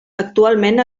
actualment